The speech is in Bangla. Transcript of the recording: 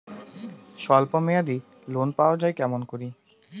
স্বল্প মেয়াদি লোন পাওয়া যায় কেমন করি?